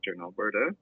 Alberta